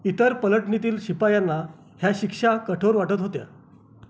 इतर पलटणीतील शिपायांना ह्या शिक्षा कठोर वाटत होत्या